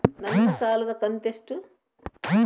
ನನ್ನ ಸಾಲದು ಕಂತ್ಯಷ್ಟು?